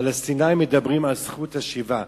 הפלסטינים מדברים על זכות השיבה.